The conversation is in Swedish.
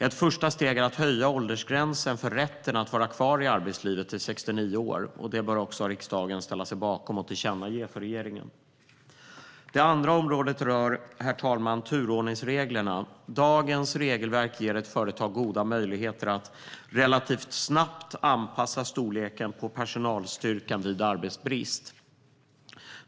Ett första steg är att höja åldersgränsen för rätten att vara kvar i arbetslivet till 69 år. Det bör också riksdagen ställa sig bakom och tillkännage för regeringen. Det andra området rör, herr talman, turordningsreglerna. Dagens regelverk ger ett företag goda möjligheter att relativt snabbt anpassa storleken på personalstyrkan vid arbetsbrist.